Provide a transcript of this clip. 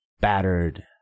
battered